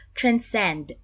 transcend